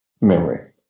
memory